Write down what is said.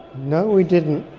no, we didn't.